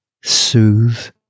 soothe